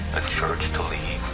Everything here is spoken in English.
a church to lead.